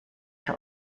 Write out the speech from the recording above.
für